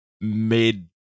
made